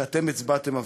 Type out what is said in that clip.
שאתם הצבעתם עבורו,